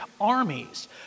armies